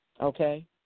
okay